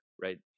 right